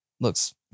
looks